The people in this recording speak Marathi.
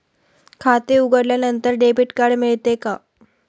खाते उघडल्यानंतर डेबिट कार्ड मिळते का?